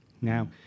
Now